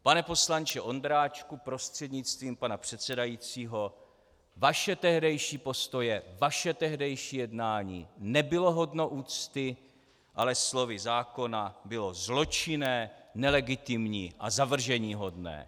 Pane poslanče Ondráčku prostřednictvím pana předsedajícího, vaše tehdejší postoje, vaše tehdejší jednání nebylo hodno úcty, ale slovy zákona bylo zločinné, nelegitimní a zavrženíhodné!